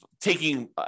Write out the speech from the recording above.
taking